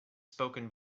spoken